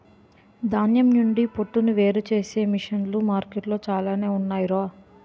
ధాన్యం నుండి పొట్టును వేరుచేసే మిసన్లు మార్కెట్లో చాలానే ఉన్నాయ్ రా